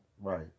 Right